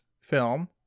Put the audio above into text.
film